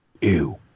Ew